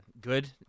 good